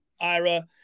Ira